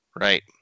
Right